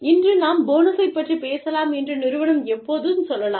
இன்று நாம் போனஸைப் பற்றிப் பேசலாம் என்று நிறுவனம் எப்போதும் சொல்லலாம்